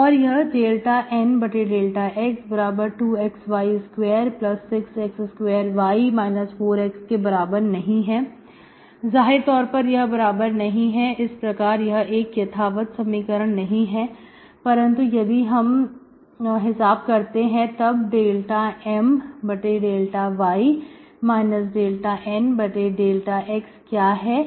और यह ∂N∂x2xy26x2y 4x के बराबर नहीं है जाहिर तौर पर यह बराबर नहीं है इस प्रकार यह एक यथावत समीकरण नहीं है परंतु यदि हम हिसाब करते हैं तब ∂M∂y ∂N∂x क्या है